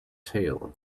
tale